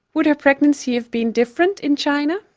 would her pregnancy been different in china?